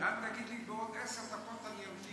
גם אם תגיד לי בעוד עשר דקות, אני אמתין.